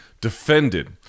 defended